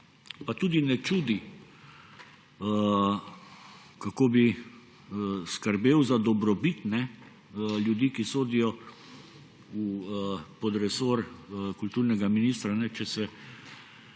pa tudi ne čudi. Kako bi skrbel za dobrobit ljudi, ki sodijo pod resor kulturnega ministra, če se